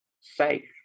safe